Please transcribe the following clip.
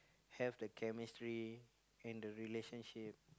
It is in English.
have the chemistry in the relationship